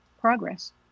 progress